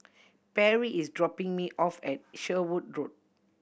Perri is dropping me off at Sherwood Road